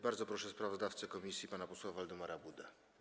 Bardzo proszę sprawozdawcę komisji pana posła Waldemara Budę.